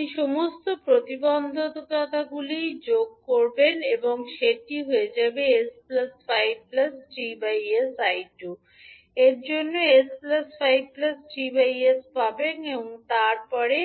আপনি সমস্ত প্রতিবন্ধগুলি যোগ করবেন তাই এটি হয়ে যাবে 𝐼2 এর জন্য আপনি পাবেন এবং তারপরে